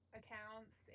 accounts